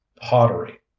Pottery